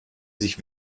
sich